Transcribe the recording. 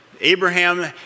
Abraham